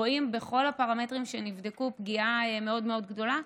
רואים בכל הפרמטרים שנבדקו פגיעה מאוד מאוד גדולה.